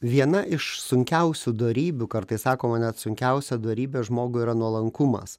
viena iš sunkiausių dorybių kartais sakoma net sunkiausia dorybė žmogui yra nuolankumas